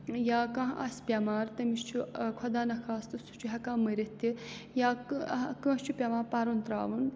یا کانٛہہ آسہِ بٮ۪مار تٔمِس چھُ خۄدا نَخواستہٕ سُہ چھُ ہٮ۪کان مٔرِتھ تہِ یا کٲنٛسہِ چھُ پٮ۪وان پَرُن ترٛاوُن